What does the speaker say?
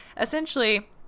essentially